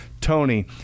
Tony